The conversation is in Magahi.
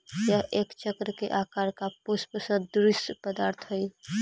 यह एक चक्र के आकार का पुष्प सदृश्य पदार्थ हई